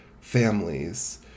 families